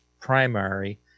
primary